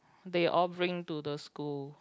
they all bring to the school